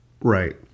right